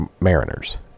Mariners